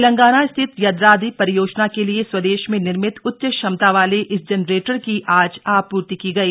तेलंगाना स्थित यदाद्रि परियोजना के लिए स्वदेश में निर्मित उच्च क्षमता वाले इस जेनरेटर की आज आपूर्ति की गई